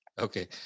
Okay